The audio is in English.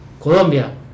Colombia